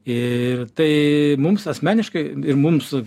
ir tai mums asmeniškai ir mums su